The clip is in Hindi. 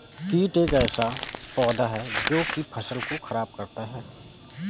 कीट एक ऐसा पौधा है जो की फसल को खराब करता है